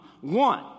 one